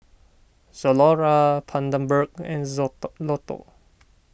Zalora Bundaberg and Lotto